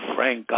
Frank